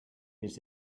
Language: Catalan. fins